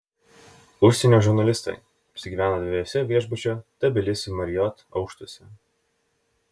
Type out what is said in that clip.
užsienio žurnalistai apsigyveno dviejuose viešbučio tbilisi marriott aukštuose